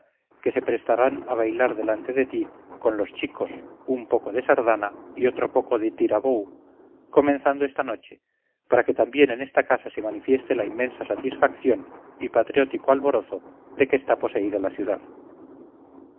que se prestarán a bailar delante de ti con los chicos un poco de sardana y otro poco de tira bou comenzando esta noche para que también en esta casa se manifieste la inmensa satisfacción y patriótico alborozo de que está poseída la ciudad